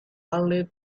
only